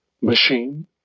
machine